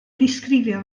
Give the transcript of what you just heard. ddisgrifio